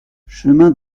chemin